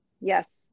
Yes